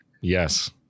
Yes